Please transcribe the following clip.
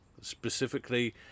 specifically